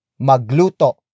Magluto